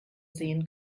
sehen